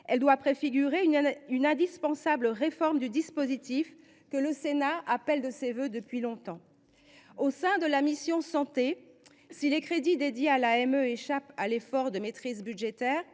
Elle doit préfigurer l’indispensable réforme du dispositif que le Sénat appelle de ses vœux depuis longtemps. Au sein de la mission « Santé », si les crédits dédiés à l’AME échappent à l’effort de maîtrise budgétaire,